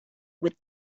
with